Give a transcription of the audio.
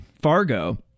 Fargo